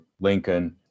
Lincoln